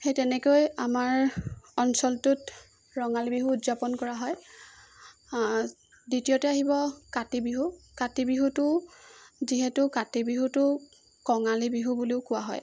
সেই তেনেকৈ আমাৰ অঞ্চলটোত ৰঙালী বিহু উদযাপন কৰা হয় দ্বিতীয়তে আহিব কাতি বিহু কাতি বিহুটো যিহেতু কাতি বিহুটো কঙালী বিহু বুলিও কোৱা হয়